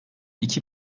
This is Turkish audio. iki